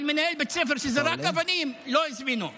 הכול עניין של פוזיציה ומי בשלטון.